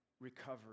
recovery